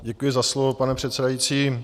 Děkuji za slovo, pane předsedající.